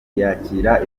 yakira